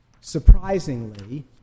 surprisingly